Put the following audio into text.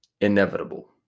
inevitable